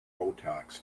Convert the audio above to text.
botox